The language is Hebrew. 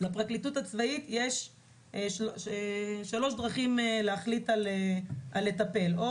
לפרקליטות הצבאית יכולה להחליט על שלוש דרכי טיפול: או